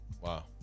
Wow